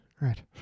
Right